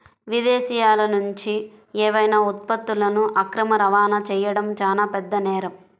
విదేశాలనుంచి ఏవైనా ఉత్పత్తులను అక్రమ రవాణా చెయ్యడం చానా పెద్ద నేరం